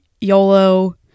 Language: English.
YOLO